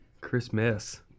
Christmas